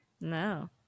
No